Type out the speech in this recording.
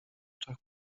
oczach